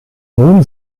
nun